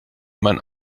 mein